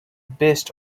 best